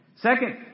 Second